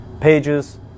pages